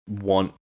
want